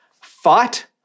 Fight